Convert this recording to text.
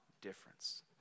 difference